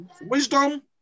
wisdom